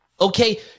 Okay